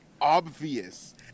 obvious